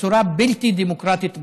בצורה בלתי דמוקרטית בעליל.